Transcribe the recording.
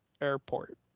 airport